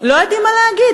ולא יודעים מה להגיד.